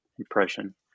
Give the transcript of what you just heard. impression